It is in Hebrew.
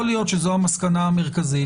יכול להיות שזו המסקנה המרכזית,